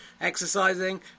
exercising